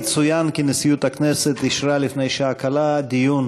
יצוין כי נשיאות הכנסת אישרה לפני שעה קלה דיון